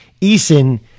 Eason